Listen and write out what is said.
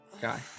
guy